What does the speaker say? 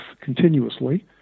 continuously